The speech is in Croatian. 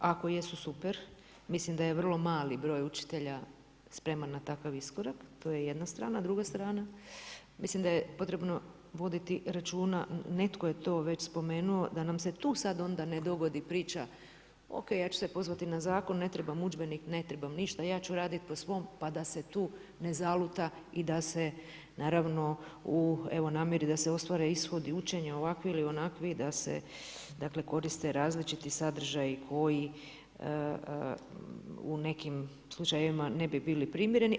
Ako jesu super, mislim da je vrlo mali broj učitelja spreman na takav iskorak, to je jedna strana, druga strana mislim da je potrebno voditi računa i netko je to već spomenuo da nam se tu sad ne dogodi priča, ok ja ću se pozvati na zakon, ne trebam udžbenik, ne trebam ništa, ja ću radit po svom pa da se tu ne zaluta i da se naravno u evo namjeri da se ostvare ishodi učenja ovakvi ili onakvi, da se koriste različit sadržaji koji u nekim slučajevima ne bi bili primjereni.